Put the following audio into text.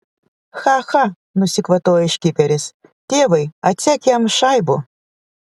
cha cha nusikvatojo škiperis tėvai atsek jam šaibų